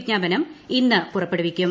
വിജ്ഞാപനം ഇന്ന് പുറപ്പെടുവിക്കും